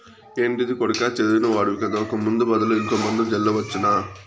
ఏంటిది కొడకా చదివిన వాడివి కదా ఒక ముందు బదులు ఇంకో మందు జల్లవచ్చునా